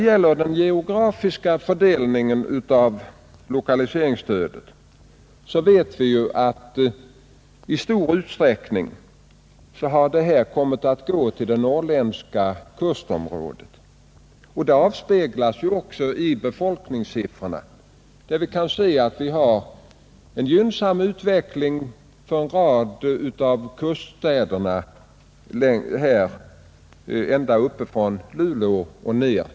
Vad den geografiska fördelningen av lokaliseringsstödet beträffar vet vi ju att det i stor utsträckning har kommit att gå till det norrländska kustområdet. Det avspeglas också i befolkningssiffrorna, som visar en gynnsam utveckling för en rad av kuststäderna ända uppifrån Luleå och ned.